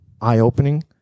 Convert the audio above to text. eye-opening